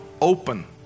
open